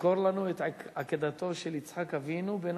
תזכור לנו את עקדתו של יצחק אבינו בן